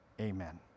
Amen